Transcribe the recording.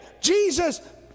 Jesus